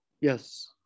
yes